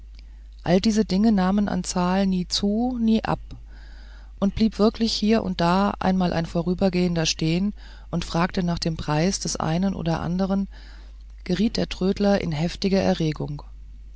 alle diese dinge nahmen an zahl nie zu nie ab und blieb wirklich hier und da einmal ein vorübergehender stehen und fragte nach dem preis des einen oder anderen geriet der trödler in heftige erregung